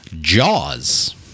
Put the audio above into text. Jaws